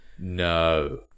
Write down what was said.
No